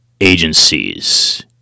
agencies